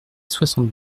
soixante